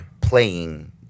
playing